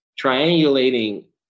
triangulating